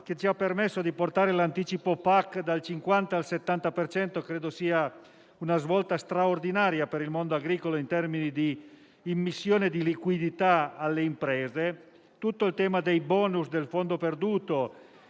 che ci ha permesso di portare l'anticipo PAC dal 50 al 70 per cento; credo che questa sia stata una svolta straordinaria per il mondo agricolo in termini di immissione di liquidità alle imprese. C'è poi tutto il tema dei *bonus*, del fondo perduto,